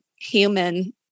human